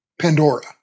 Pandora